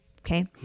okay